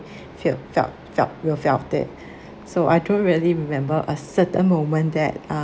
feel felt felt real felt it so I don't really remember a certain moment that uh